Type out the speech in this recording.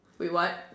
wait what